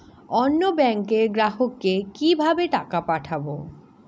অন্য ব্যাংকের গ্রাহককে কিভাবে টাকা পাঠাবো?